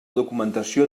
documentació